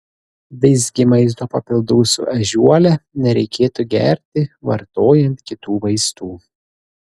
visgi maisto papildų su ežiuole nereikėtų gerti vartojant kitų vaistų